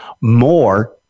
More